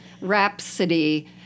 Rhapsody